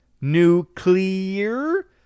Nuclear